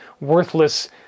worthless